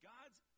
God's